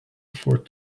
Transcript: afford